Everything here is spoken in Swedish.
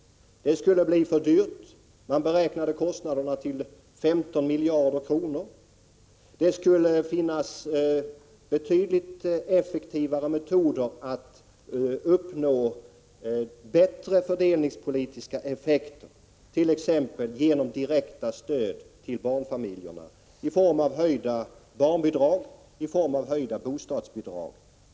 Det skulle bli för dyrt. Man beräknade kostnaderna till 15 miljarder kronor. Det finns betydligt effektivare metoder att uppnå bättre fördelningspolitiska effekter, t.ex. genom direkta stöd till barnfamiljerna i form av höjda barnbidrag och höjda bostadsbidrag.